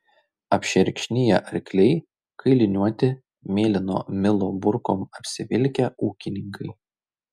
apšerkšniję arkliai kailiniuoti mėlyno milo burkom apsivilkę ūkininkai